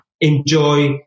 enjoy